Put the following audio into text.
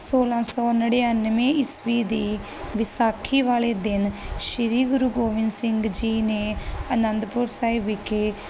ਸੌਲਾਂ ਸੌ ਨੜਿਨਵੇਂ ਈਸਵੀ ਦੀ ਵਿਸਾਖੀ ਵਾਲੇ ਦਿਨ ਸ੍ਰੀ ਗੁਰੂ ਗੋਬਿੰਦ ਸਿੰਘ ਜੀ ਨੇ ਅਨੰਦਪੁਰ ਸਾਹਿਬ ਵਿਖੇ